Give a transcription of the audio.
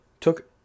took